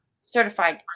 certified